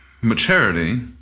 maturity